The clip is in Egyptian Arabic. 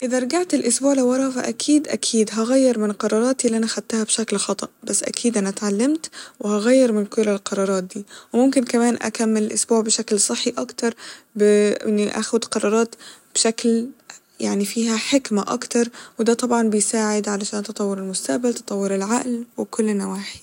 إذا رجعت لأسبوع لورا فأكيد أكيد هغير من قراراتي اللي أنا أخدتها بشكل خطأ بس أكيد انا اتعلمت وهغير من كل القرارات دي وممكن كمان أكمل الأسبوع بشكل صحي أكتر ب بإني آخد قرارات بشكل يعني فيها حكمة أكتر وده طبعا بيساعد علشان تطور المستقبل وتطور العقل وكل النواحي